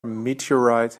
meteorite